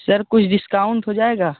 sir कुछ discount हो जाएगा